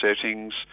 settings